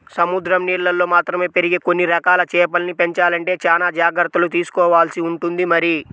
సముద్రం నీళ్ళల్లో మాత్రమే పెరిగే కొన్ని రకాల చేపల్ని పెంచాలంటే చానా జాగర్తలు తీసుకోవాల్సి ఉంటుంది మరి